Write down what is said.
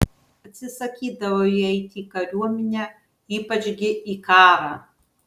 atsisakydavo jie eiti į kariuomenę ypač gi į karą